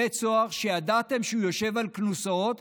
בית סוהר שידעתם שהוא יושב על כלונסאות,